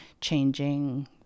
changing